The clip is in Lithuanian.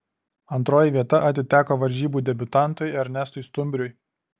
antroji vieta atiteko varžybų debiutantui ernestui stumbriui